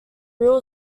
real